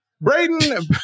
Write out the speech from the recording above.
Braden